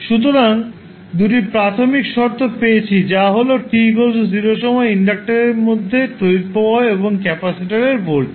সুতরাং দুটি প্রাথমিক শর্ত পেয়েছি যা হল t 0 সময়ে ইন্ডাক্টরের মধ্যে তড়িৎ প্রবাহ এবং ক্যাপাসিটরের এর ভোল্টেজ